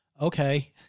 okay